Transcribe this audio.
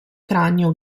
cranio